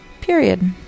Period